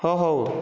ହଁ ହେଉ